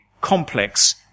complex